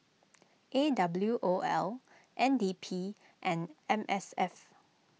A W O L N D P and M S F